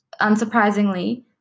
unsurprisingly